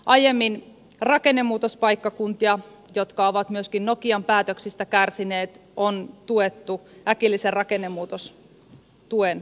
aiemmin rakennemuutospaikkakuntia jotka ovat myöskin nokian päätöksistä kärsineet on tuettu äkillisen rakennemuutostuen avulla